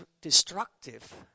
destructive